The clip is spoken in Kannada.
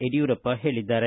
ಯಡಿಯೂರಪ್ಪ ಹೇಳಿದ್ದಾರೆ